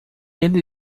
ele